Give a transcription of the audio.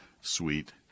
sweet